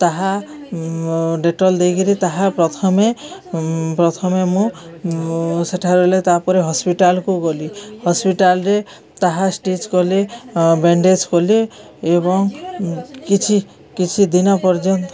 ତାହା ଡେଟଲ ଦେଇ କରି ତାହା ପ୍ରଥମେ ପ୍ରଥମେ ମୁଁ ତା'ପରେ ହସ୍ପିଟାଲକୁ ଗଲି ହସ୍ପିଟାଲରେ ତାହା ଷ୍ଟିଚ୍ କଲେ ବ୍ୟାଣ୍ଡେଜ୍ କଲେ ଏବଂ କିଛି କିଛି ଦିନ ପର୍ଯ୍ୟନ୍ତ